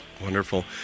Wonderful